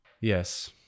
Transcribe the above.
Yes